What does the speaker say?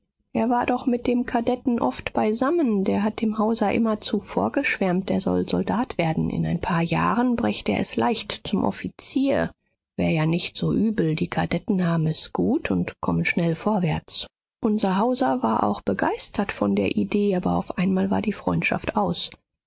er war doch mit dem kadetten oft beisammen der hat dem hauser immerzu vorgeschwärmt er soll soldat werden in ein paar jahren brächt er es leicht zum offizier wär ja nicht so übel die kadetten haben es gut und kommen schnell vorwärts unser hauser war auch begeistert von der idee aber auf einmal war die freundschaft aus